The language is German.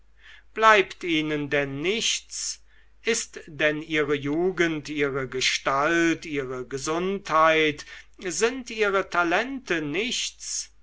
bleibt ihnen denn nichts ist denn ihre jugend ihre gestalt ihre gesundheit sind ihre talente nichts